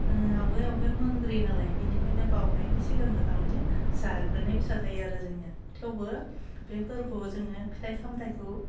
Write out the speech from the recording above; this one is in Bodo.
आवगाय आवगाय मोनग्रोयो नालाय बेनिखायनो बाउनायनि सिगांनो थारमानि जाग्रोनाय बिसा जायो आरो जोंनिया थेवबो बे फोरबोआव जोङो फिथाइ सामथाइखौ